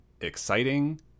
exciting